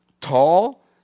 tall